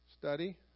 Study